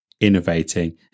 innovating